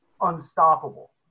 unstoppable